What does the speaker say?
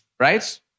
Right